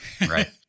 right